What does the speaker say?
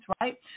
right